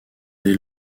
dès